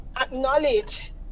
acknowledge